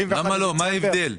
מה ההבדל?